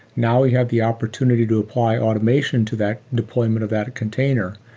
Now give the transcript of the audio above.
now we have the opportunity to apply automation to that deployment of that container.